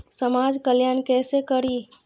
समाज कल्याण केसे करी?